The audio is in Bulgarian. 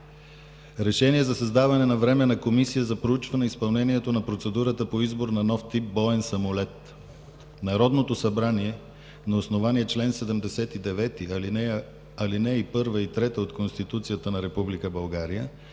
„РЕШЕНИЕ за създаване на Временна комисия за проучване изпълнението на процедурата по избор на нов тип боен самолет Народното събрание на основание чл. 79, ал. 1 и 3 от Конституцията на Република България